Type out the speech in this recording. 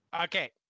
Okay